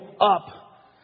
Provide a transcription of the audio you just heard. up